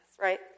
right